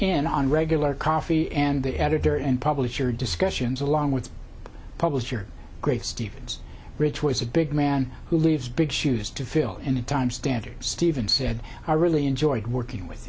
in on regular coffee and the editor and publisher discussions along with publisher great stevens rich was a big man who leaves big shoes to fill in the time standard stephen said i really enjoyed working with